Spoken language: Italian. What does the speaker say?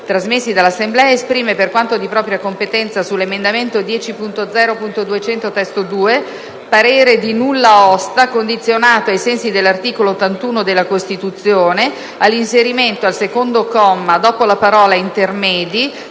trasmessi dall'Assemblea, esprime, per quanto di propria competenza, sull'emendamento 10.0.200 (testo 2) parere di nulla osta condizionato, ai sensi dell'articolo 81 della Costituzione, all'inserimento, al secondo comma, dopo la parola: "intermedi",